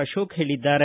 ಅಶೋಕ್ ಹೇಳಿದ್ದಾರೆ